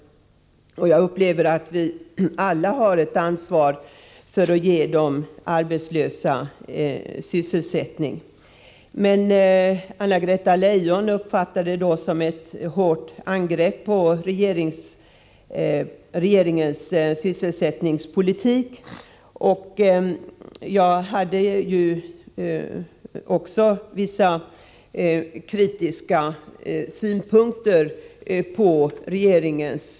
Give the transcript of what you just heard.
Vi har alla ett ansvar för att ge de arbetslösa sysselsättning, Anna-Greta Leijon uppfattade det så, att jag hårt angrep regeringens sysselsättningspolitik. Jag hade också kritiska synpunkter på den.